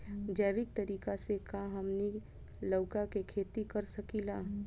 जैविक तरीका से का हमनी लउका के खेती कर सकीला?